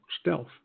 stealth